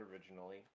originally